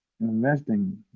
investing